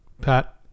Pat